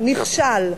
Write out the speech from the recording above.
נכשל,